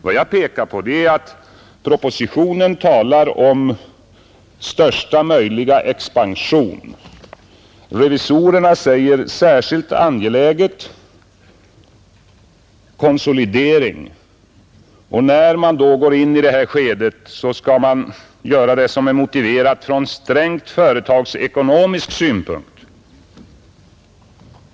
Vad jag pekar på är att propositionen talar om största möjliga expansion medan revisorerna säger att det är särskilt angeläget med konsolidering. När man då går in i det här skedet, så skall man göra det som är motiverat från strängt företagsekonomisk synpunkt.